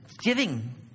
Giving